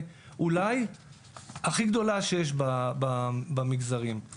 אולי הכי גדולה שיש במגזרים שבודקת את הדברים האלה.